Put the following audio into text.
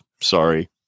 Sorry